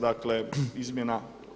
dakle izmjena.